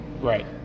Right